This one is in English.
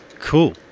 Cool